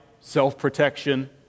self-protection